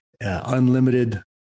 Unlimited